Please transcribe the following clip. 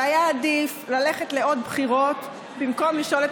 שהיה עדיף ללכת לעוד בחירות במקום לשאול את